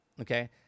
okay